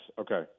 Okay